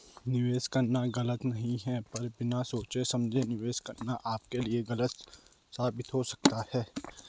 निवेश करना गलत नहीं है पर बिना सोचे समझे निवेश करना आपके लिए गलत साबित हो सकता है